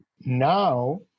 Now